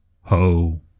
ho